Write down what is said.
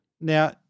Now